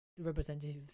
representative